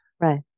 Right